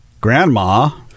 grandma